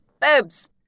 Boobs